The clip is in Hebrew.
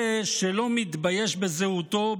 זה שלא מתבייש בזהותו,